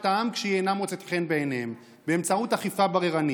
העם כשהיא אינה מוצאת חן בעיניהם באמצעות אכיפה בררנית,